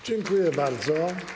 Dziękuję bardzo.